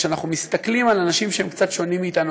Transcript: כשאנחנו מסתכלים על אנשים שהם קצת שונים מאתנו,